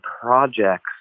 projects